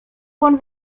pan